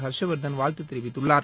ஹர்ஷ்வாதன் வாழ்த்து தெரிவித்துள்ளார்